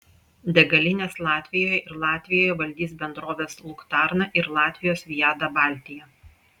degalinės latvijoje ir latvijoje valdys bendrovės luktarna ir latvijos viada baltija